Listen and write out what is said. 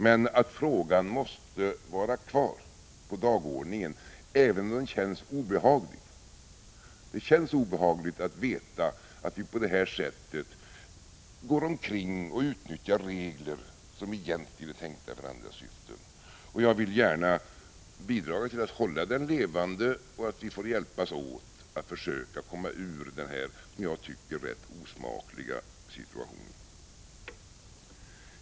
Men frågan måste vara kvar på dagordningen, även om den känns obehaglig. Det känns obehagligt att veta att vi på det här sättet utnyttjar regler som egentligen är tänkta för andra syften. Jag vill gärna bidra till att hålla frågan levande och till att vi kan hjälpas åt att försöka komma ur den här osmakliga situationen.